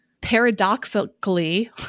Paradoxically